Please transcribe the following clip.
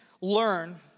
learn